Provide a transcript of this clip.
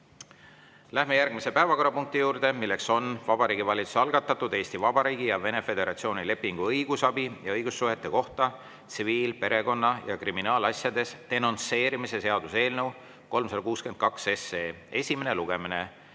Läheme järgmise päevakorrapunkti juurde, milleks on Vabariigi Valitsuse algatatud Eesti Vabariigi ja Vene Föderatsiooni lepingu õigusabi ja õigussuhete kohta tsiviil-, perekonna- ja kriminaalasjades denonsseerimise seaduse eelnõu 362 esimene lugemine.